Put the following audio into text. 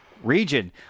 Region